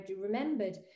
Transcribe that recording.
remembered